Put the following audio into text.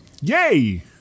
Yay